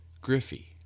Griffey